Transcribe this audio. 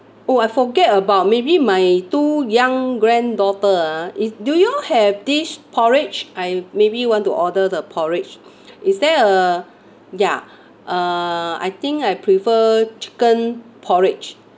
oh I forget about maybe my two young granddaughter ah is do you have dish porridge I maybe want to order the porridge is there a ya uh I think I prefer chicken porridge